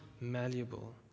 malleable